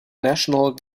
national